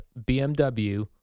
BMW